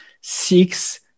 six